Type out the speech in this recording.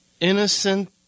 Innocent